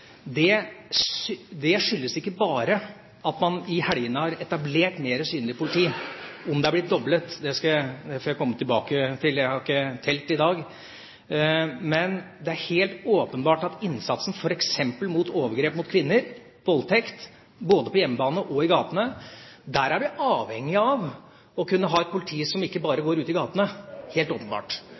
Det skyldes ikke bare at man i helgene har etablert mer synlig politi – om det er blitt doblet, får jeg komme tilbake til, jeg har ikke telt i dag. Men det er helt åpenbart at i innsatsen f.eks. mot overgrep mot kvinner, voldtekt – både på hjemmebane og i gatene – er vi avhengig av å kunne ha et politi som ikke bare går ute i gatene. Det er helt åpenbart.